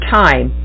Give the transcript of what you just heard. time